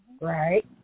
Right